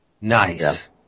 Nice